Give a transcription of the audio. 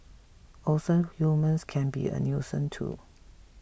also humans can be a nuisance too